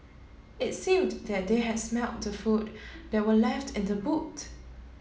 it seemed that they had smelt the food that were left in the boot